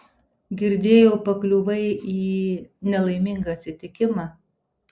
girdėjau pakliuvai į nelaimingą atsitikimą